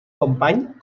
company